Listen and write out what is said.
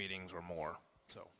meetings or more so